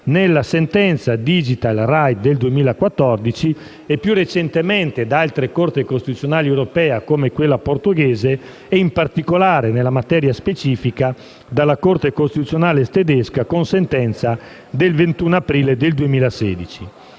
nella sentenza Digital rights del 2014 e più recentemente da altre Corti costituzionali europee, come quella portoghese, e in particolare, nella materia specifica, dalla Corte costituzionale tedesca, con sentenza del 21 aprile del 2016.